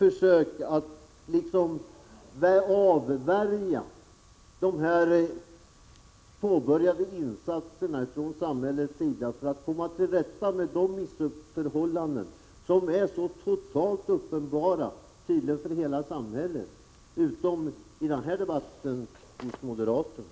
Den är ett försök att avvärja dessa påbörjade insatser från samhällets sida för att komma till rätta med de missförhållanden som är så totalt uppenbara, tydligen för hela samhället utom för moderaterna i denna debatt.